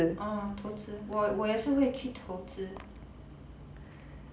uh 投资我我也是会去投资